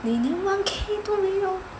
你连 one K 都没有